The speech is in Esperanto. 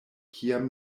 kiam